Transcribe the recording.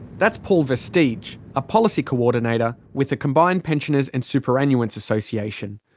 that's paul versteege, a policy coordinator with the combined pensioners and superannuants association.